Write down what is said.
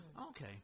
Okay